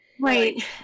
Right